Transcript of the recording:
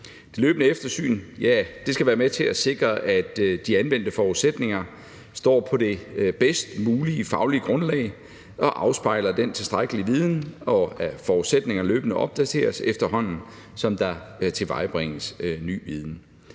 Det løbende eftersyn skal være med til at sikre, at de anvendte forudsætninger står på det bedst mulige faglige grundlag og afspejler den tilstrækkelige viden, og at forudsætningerne løbende opdateres, efterhånden som der tilvejebringes ny viden.